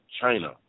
China